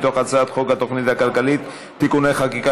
מתוך הצעת חוק התוכנית הכלכלית (תיקוני חקיקה